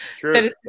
True